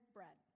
Bread